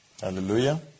Hallelujah